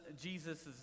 Jesus